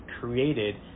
created